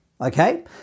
Okay